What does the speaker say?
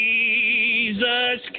Jesus